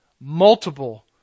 Multiple